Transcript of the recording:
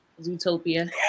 Zootopia